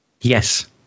Yes